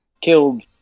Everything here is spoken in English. killed –